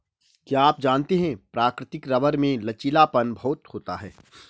क्या आप जानते है प्राकृतिक रबर में लचीलापन बहुत होता है?